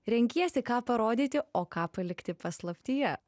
renkiesi ką parodyti o ką palikti paslaptyje